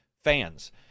fans